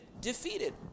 defeated